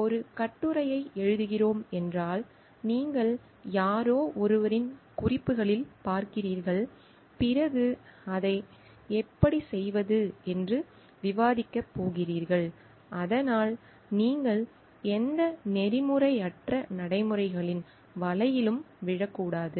ஒரு கட்டுரையை எழுதுகிறோம் என்றால் நீங்கள் யாரோ ஒருவரின் குறிப்புகளில் பார்க்கிறீர்கள் பிறகு அதை எப்படி செய்வது என்று விவாதிக்கப் போகிறீர்கள் அதனால் நீங்கள் எந்த நெறிமுறையற்ற நடைமுறைகளின் வலையிலும் விழக்கூடாது